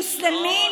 מוסלמי,